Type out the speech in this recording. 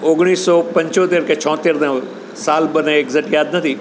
ઓગણીસસો પંચોતેર કે છોત્તેર સાલ મને એકઝેટ યાદ નથી